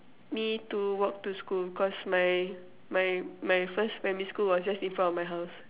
me to walk to school cause my my my first primary school was just in front of my house